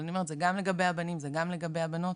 אבל אני אומרת שזה גם לגבי הבנים וגם לגבי הבנות,